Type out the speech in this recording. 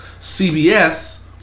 CBS